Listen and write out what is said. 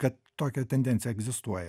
kad tokia tendencija egzistuoja